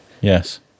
Yes